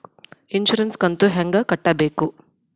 Insurance ಕಂತು ಹೆಂಗ ಕಟ್ಟಬೇಕು?